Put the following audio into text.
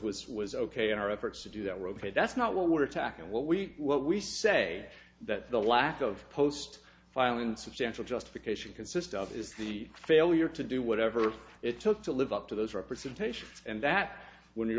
was was ok in our efforts to do that we're ok that's not what we're attacking what we what we say that the lack of post filing and substantial justification consists of is the failure to do whatever it took to live up to those representations and that when you